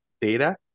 data